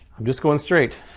i'm just going straight.